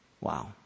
Wow